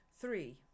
three